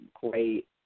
great